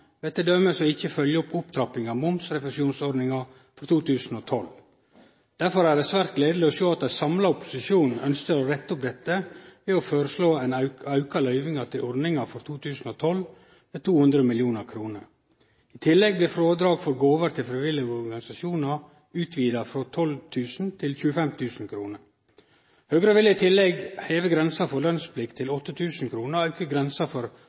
organisasjonar ved t.d. ikkje å følgje opp opptrappinga av momsrefusjonsordninga for 2012. Derfor er det svært gledeleg at ein samla opposisjon ønskjer å rette opp dette ved å føreslå å auke løyvingane til ordninga for 2012 med 200 mill. kr. I tillegg blir frådrag for gåver til frivillige organisasjonar utvida frå 12 000 til 25 000 kr. Høgre vil i tillegg heve grensa for lønsplikt til 8 000 kr og auke grensa for